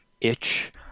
itch